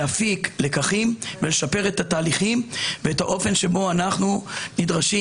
להפיק לקחים ולשפר את התהליכים ואת האופן שבו אנו נדרשים